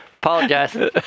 Apologize